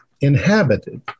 inhabited